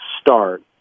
start